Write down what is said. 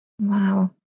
Wow